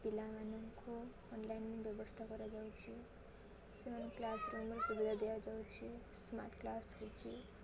ପିଲାମାନଙ୍କୁ ଅନଲାଇନ ବ୍ୟବସ୍ଥା କରାଯାଉଛି ସେମାନେ କ୍ଲାସରୁମ୍ ସୁବିଧା ଦିଆଯାଉଛି ସ୍ମାର୍ଟ କ୍ଲାସ୍ ହଉଛି